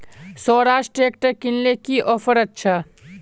Swaraj tractor किनले की offer अच्छा?